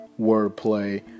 wordplay